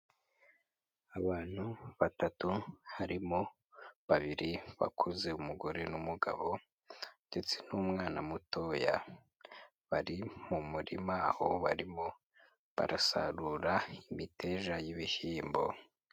Abantu batatu, harimo babiri bakuze umugore n'umugabo ndetse n'umwana mutoya, bari mu murima aho barimo barasarura imiteja y'ibishyimbo.